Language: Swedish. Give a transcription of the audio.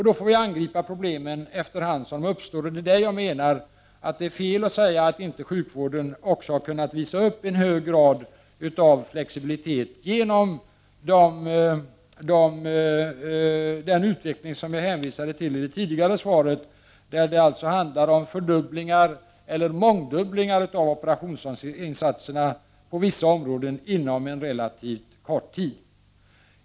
Då får vi angripa problemen efter hand som de uppstår. Det är därför som jag menar att det är fel att säga att sjukvården inte har kunnat vistat upp en hög grad av flexibilitet. I den utveckling som jag hänvisade till i det tidigare svaret handlar det alltså om fördubblingar, eller mångdubblingar, av operationsinsatserna på vissa områden inom relativt kort tid.